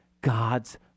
God's